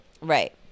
Right